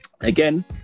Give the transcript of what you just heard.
again